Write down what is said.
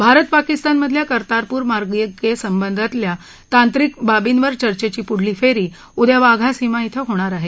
भारत पाकिस्तानमधल्या कर्तारपूर मार्गिकेसंदर्भातल्या तांत्रिक बाबींवर चर्चेची पुढली फेरी उद्या वाघा सीमा इथं होणार आहे